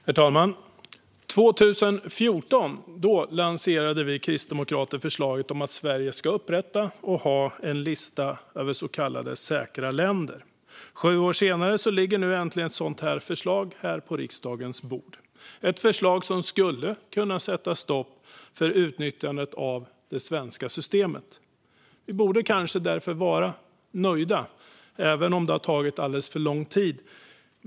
Herr talman! År 2014 lanserade vi kristdemokrater förslaget att Sverige ska upprätta och ha en lista över så kallade säkra länder. Sju år senare ligger nu äntligen ett sådant förslag här på riksdagens bord. Det är ett förslag som skulle kunna sätta stopp för utnyttjandet av det svenska systemet. Vi borde kanske därför vara nöjda, även om det har tagit alldeles för lång tid.